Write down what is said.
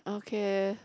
okay